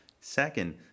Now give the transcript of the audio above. Second